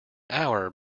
hour